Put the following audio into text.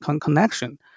connection